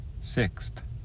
sixth